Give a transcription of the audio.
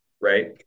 right